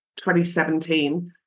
2017